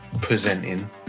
presenting